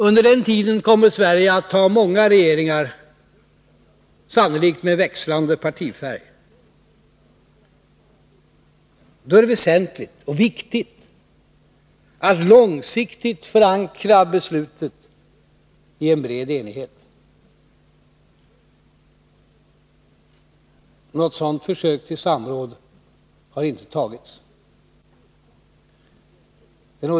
Under den tiden kommer Sverige att ha många regeringar, sannolikt med växlande partifärg. Då är det väsentligt och viktigt att långsiktigt förankra beslutet i en bred enighet. Något sådant försök till samråd har inte gjorts.